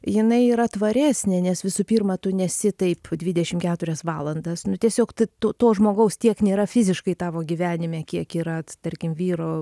jinai yra tvaresnė nes visų pirma tu nesi taip dvidešim keturias valandas nu tiesiog t to to žmogaus tiek nėra fiziškai tavo gyvenime kiek yra tarkim vyro